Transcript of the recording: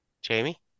Jamie